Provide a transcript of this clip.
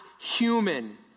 human